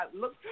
look